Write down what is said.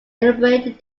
elaborate